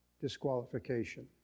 disqualification